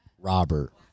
Robert